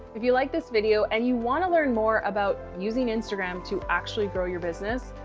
if you liked this video and you want to learn more about using instagram to actually grow your business,